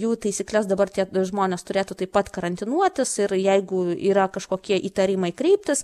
jų taisykles dabar tie žmonės turėtų taip pat karantinuotis ir jeigu yra kažkokie įtarimai kreiptis